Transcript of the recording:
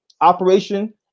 operation